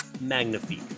Magnifique